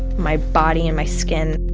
my body and my skin